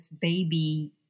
baby